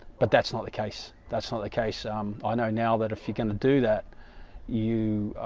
but that's not the case, that's not the case um i know now that if you're, going to do that you